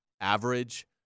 average